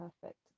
perfect